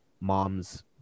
mom's